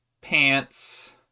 pants